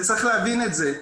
וצריך להבין את זה.